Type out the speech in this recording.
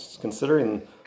considering